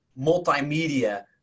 multimedia